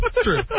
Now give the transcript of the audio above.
True